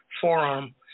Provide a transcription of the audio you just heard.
forearm